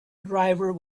driver